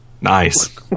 nice